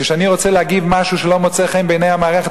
כשאני רוצה להגיד משהו שלא מוצא חן בעיני המערכת,